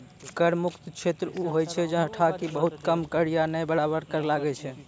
कर मुक्त क्षेत्र उ होय छै जैठां कि बहुत कम कर या नै बराबर कर लागै छै